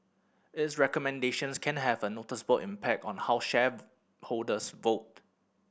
its recommendations can have a noticeable impact on how shareholders vote